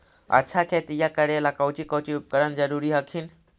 अच्छा खेतिया करे ला कौची कौची उपकरण जरूरी हखिन?